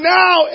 now